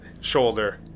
shoulder